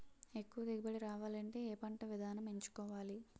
ఎక్కువ దిగుబడి రావాలంటే ఏ పంట విధానం ఎంచుకోవాలి?